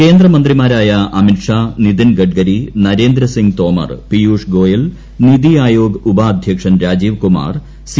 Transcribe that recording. കേന്ദ്രമന്ത്രിമാരായ അമിത് ഷാ നിതിൻ ഗഡ്കരി നരേന്ദ്രസിംഗ് തോമർ പീയുഷ് ഗോയൽ നിതി ആയോഗ് ഉപാധ്യക്ഷൻ രാജീവ് കുമാർ സി